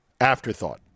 Afterthought